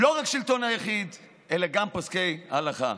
לא רק שלטון יחיד אלא גם פוסקי הלכה.